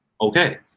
okay